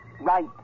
right